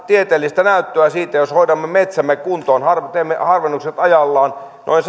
tieteellistä näyttöä siitä että jos hoidamme metsämme kuntoon teemme harvennukset ajallaan on mahdollista saavuttaa noin